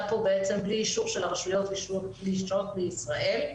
פה בלי אישור של הרשויות לשהות בישראל.